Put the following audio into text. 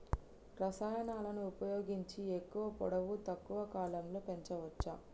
రసాయనాలను ఉపయోగించి ఎక్కువ పొడవు తక్కువ కాలంలో పెంచవచ్చా?